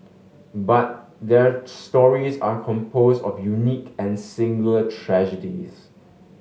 but their stories are composed of unique and singular tragedies